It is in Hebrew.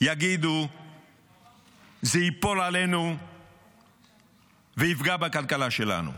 יגידו ייפול עלינו ויפגע בכלכלה שלנו,